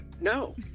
No